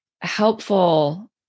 helpful